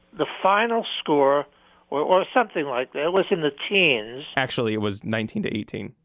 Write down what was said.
the final score was something like that, it was in the teens actually it was nineteen to eighteen.